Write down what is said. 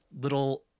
little